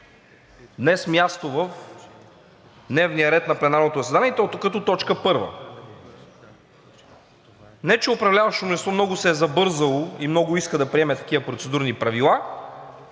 днес място в дневния ред на пленарното заседание, и то като точка първа. Не че управляващото мнозинство много се е забързало и много иска да приеме такива процедурни правила,